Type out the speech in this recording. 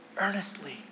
earnestly